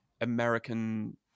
American